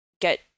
get